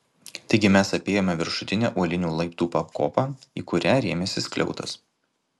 taigi mes apėjome viršutinę uolinių laiptų pakopą į kurią rėmėsi skliautas